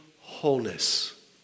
Wholeness